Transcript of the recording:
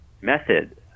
method